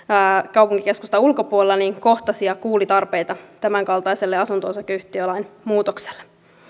kaupunkikeskustan ulkopuolella niin kohtasi ja kuuli tarpeita tämänkaltaiselle asunto osakeyhtiölain muutokselle